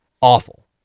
Awful